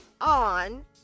on